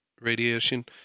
radiation